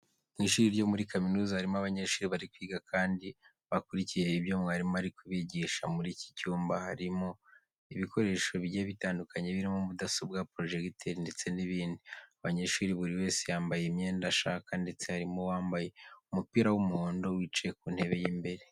Mu ishuri ryo muri kaminuza harimo abanyeshuri bari kwiga kandi bakurikiye ibyo mwarimu ari kubigisha. Muri iki cyumba harimo ibikoresho bigiye bitandukanye birimo mudasobwa, porojegiteri ndetse n'ibindi. Abanyeshuri buri wese yambaye imyenda ashaka ndetse harimo uwambaye umupira w'umuhondo wicaye ku ntebe y'imbere.